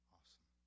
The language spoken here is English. Awesome